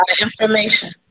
information